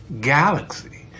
Galaxy